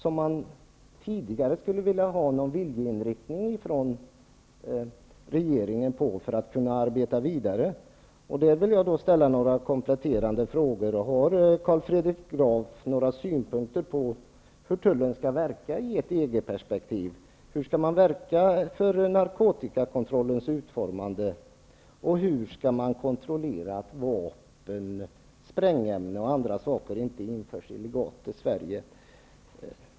När det gäller dessa har man redan tidigare, för att man skall kunna arbeta vidare, velat få veta regeringens viljeinriktning. Jag vill ställa några kompletterande frågor. Har Carl Fredrik Graf några synpunkter på hur tullen skall verka i ett EG-perspektiv? Hur skall man verka för narkotikakontrollens utformande, och hur skall man kontrollera att vapen, sprängämnen och andra saker inte införs illegalt till Sverige?